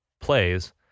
plays